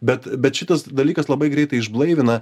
bet bet šitas dalykas labai greitai išblaivina